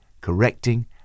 correcting